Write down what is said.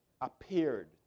appeared